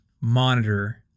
monitor